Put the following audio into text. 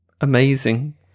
amazing